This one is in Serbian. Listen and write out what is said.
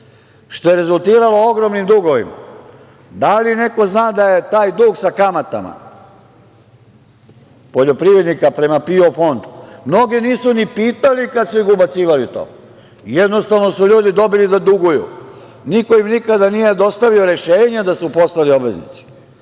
što je rezultiralo ogromnim dugovima. Da li neko zna da je taj dug sa kamatama poljoprivrednika prema PIO fondu? Mnoge nisu ni pitali kad su ga ubacivali u to. Jednostavno su ljudi dobili da duguju. Niko im nikada nije dostavio rešenje da su postali obveznici. Tako